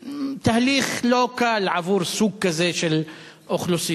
תהליך לא קל עבור סוג כזה של אוכלוסיות.